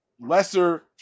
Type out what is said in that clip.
lesser